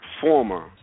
former